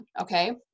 okay